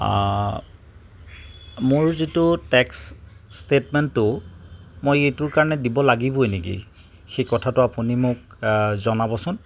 মোৰ যিটো টেক্স ষ্টেটমেণ্টো মই এইটো কাৰণে দিব লাগিবই নেকি সেই কথাটো আপুনি মোক জনাবচোন